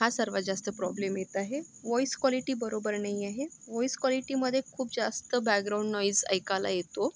हा सर्वात जास्त प्रॉब्लेम येत आहे वॉईस कॉलिटी बरोबर नाही आहे वॉईस कॉलिटीमध्ये खूप जास्त बॅकग्राउण नॉईज ऐकायला येतो